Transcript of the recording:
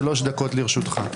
שלוש דקות לרשותך.